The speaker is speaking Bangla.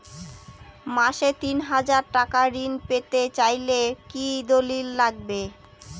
মাসে তিন হাজার টাকা ঋণ পেতে চাইলে কি দলিল লাগবে?